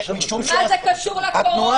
מה זה קשור לקורונה?